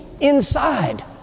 inside